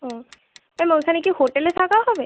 ও ma'am ওইখানে কি হোটেলে থাকা হবে